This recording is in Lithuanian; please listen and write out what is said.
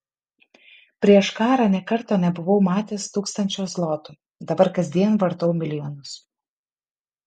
prieš karą nė karto nebuvau matęs tūkstančio zlotų dabar kasdien vartau milijonus